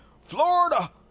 Florida